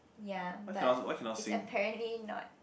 ya but it's apparently not